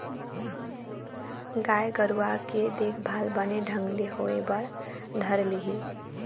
गाय गरुवा के देखभाल बने ढंग ले होय बर धर लिही